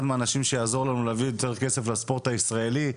מהאנשים שיעזרו לנו להביא יותר כסף לספורט הישראלי,